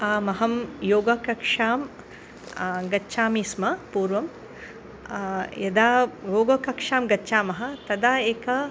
आम् अहं योगकक्षां गच्छामि स्म पूर्वं यदा योगकक्षां गच्छामः तदा एका